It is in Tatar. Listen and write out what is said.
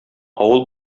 авыл